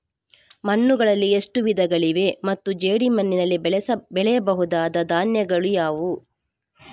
ಮಣ್ಣುಗಳಲ್ಲಿ ಎಷ್ಟು ವಿಧಗಳಿವೆ ಮತ್ತು ಜೇಡಿಮಣ್ಣಿನಲ್ಲಿ ಬೆಳೆಯಬಹುದಾದ ಧಾನ್ಯಗಳು ಯಾವುದು?